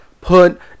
put